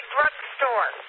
Drugstore